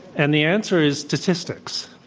and the answer is, statistics.